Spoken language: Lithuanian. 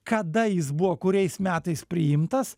kada jis buvo kuriais metais priimtas